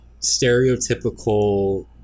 stereotypical